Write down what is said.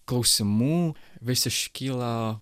klausimų vis iškyla